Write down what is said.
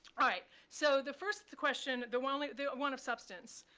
right, so the first question, the one like the one of substance,